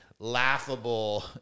laughable